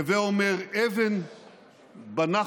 הווי אומר, אבן בנחל